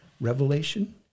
Revelation